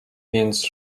więc